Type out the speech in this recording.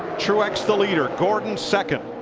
truex the leader, gordon second.